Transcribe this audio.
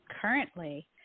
currently